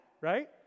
right